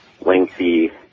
lengthy